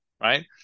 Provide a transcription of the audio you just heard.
right